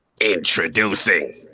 Introducing